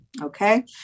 okay